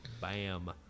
Bam